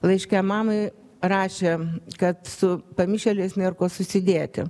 laiške mamai rašė kad su pamišėliais nėra ko susidėti